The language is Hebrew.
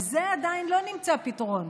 לזה עדיין לא נמצא פתרון,